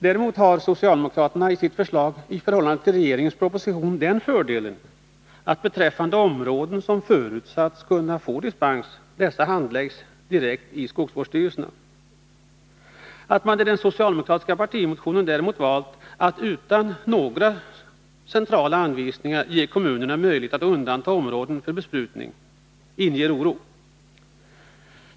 Däremot har det socialdemokratiska förslaget i förhållande till regeringens proposition den fördelen att ärenden beträffande områden som förutsätts kunna få dispens handläggs direkt i skogsvårdsstyrelserna. Att man i den socialdemokratiska partimotionen däremot valt att utan några centrala anvisningar ge kommunerna möjlighet att undanta områden för besprutning inger oro.